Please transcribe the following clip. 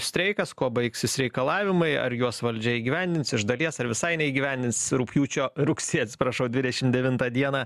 streikas kuo baigsis reikalavimai ar juos valdžia įgyvendins iš dalies ar visai neįgyvendins rugpjūčio rugsėjo atsiprašau dvidešim devintą dieną